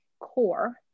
core